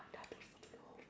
and what